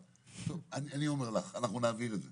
טוב, אני אומר לך - אנחנו נעביר את זה.